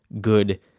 good